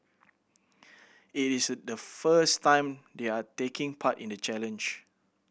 it is the first time they are taking part in the challenge